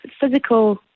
physical